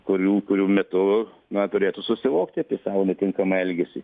kurių kurių metu na turėtų susivokti apie savo netinkamą elgesį